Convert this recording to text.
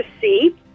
see